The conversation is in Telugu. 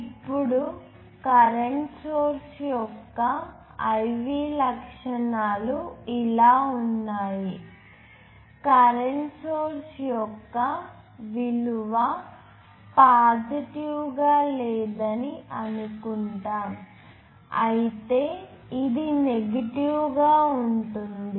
ఇప్పుడు కరెంట్ సోర్స్ యొక్క IV లక్షణాలు ఇలా ఉన్నాయి కరెంట్ సోర్స్ యొక్క విలువ పాజిటివ్ గా లేదని అనుకుంటాము అయితే ఇది నెగిటివ్ గా ఉంటుంది